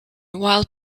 while